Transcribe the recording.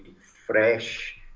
fresh